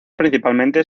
principalmente